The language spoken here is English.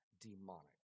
demonic